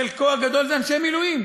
חלקו הגדול לאנשי מילואים.